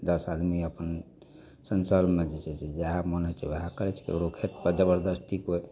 दश आदमी अपन सन्सर्गमे जे छै से जहए मन होइ छै ओहए करै छै केकरो खेत पर जबरदस्ती केओ